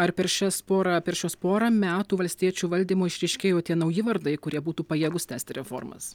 ar per šias porą per šiuos porą metų valstiečių valdymo išryškėjo tie nauji vardai kurie būtų pajėgūs tęsti reformas